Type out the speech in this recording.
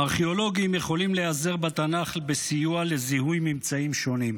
ארכיאולוגים יכולים להיעזר בתנ"ך כסיוע לזיהוי ממצאים שונים.